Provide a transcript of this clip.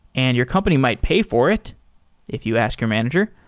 and your company might pay for it if you ask your manager.